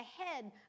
ahead